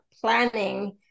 planning